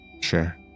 Sure